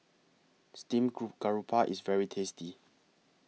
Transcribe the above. Steamed Garoupa IS very tasty